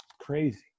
Crazy